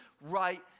right